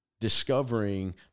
discovering